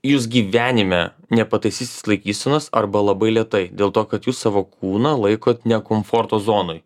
jūs gyvenime nepataisysit laikysenos arba labai lėtai dėl to kad jūs savo kūną laikot ne komforto zonoj